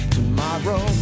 Tomorrow